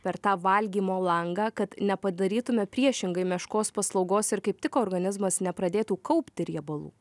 per tą valgymo langą kad nepadarytume priešingai meškos paslaugos ir kaip tik organizmas nepradėtų kaupti riebalų